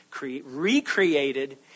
recreated